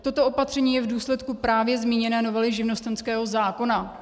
Toto opatření je v důsledku právě zmíněné novely živnostenského zákona.